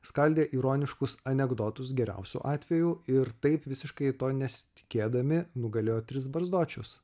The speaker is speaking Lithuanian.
skaldė ironiškus anekdotus geriausiu atveju ir taip visiškai to nesitikėdami nugalėjo tris barzdočius